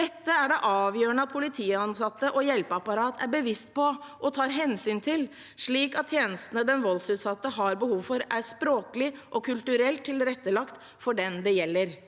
Dette er det avgjørende at politiansatte og hjelpeapparat er bevisste på og tar hensyn til, slik at tjenestene den voldsutsatte har behov for, er språklig og kulturelt tilrettelagt for den det gjelder.